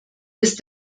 ist